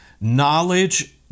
Knowledge